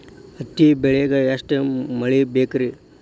ಹತ್ತಿ ಬೆಳಿಗ ಎಷ್ಟ ಮಳಿ ಬೇಕ್ ರಿ?